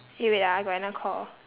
eh wait ah I got another call